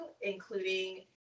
including